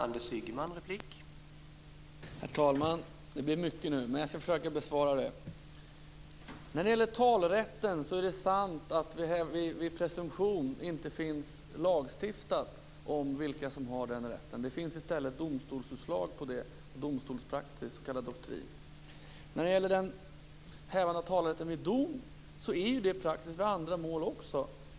Herr talman! Det blev mycket nu, men jag skall försöka besvara detta. När det gäller talerätten är det sant att det vid presumtion inte finns lagstiftat vilka som har den rätten. Det finns i stället domstolsutslag och domstolspraxis på det området, s.k. doktrin. När det gäller hävande av talerätten vid dom så är ju det praxis vid andra mål också.